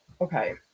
Okay